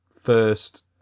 first